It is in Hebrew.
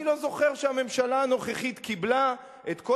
שאני לא זוכר שהממשלה הנוכחית קיבלה את כל